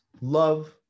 love